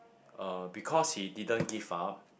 uh because he didn't give up